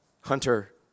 hunter